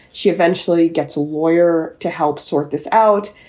she eventually gets a lawyer to help sort this out.